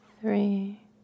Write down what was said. three